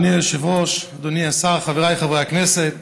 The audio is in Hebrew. אדוני היושב-ראש, אדוני השר, חבריי חברי הכנסת,